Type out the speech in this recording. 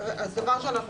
דבר ראשון,